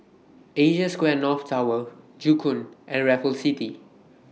Asia Square North Tower Joo Koon and Raffles City